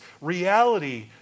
reality